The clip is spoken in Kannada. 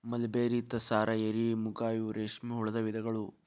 ಮಲಬೆರ್ರಿ, ತಸಾರ, ಎರಿ, ಮುಗಾ ಇವ ರೇಶ್ಮೆ ಹುಳದ ವಿಧಗಳು